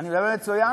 אני מדבר מצוין?